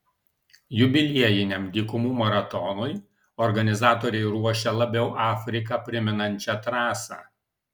jubiliejiniam dykumų maratonui organizatoriai ruošia labiau afriką primenančią trasą